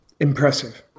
impressive